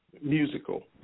musical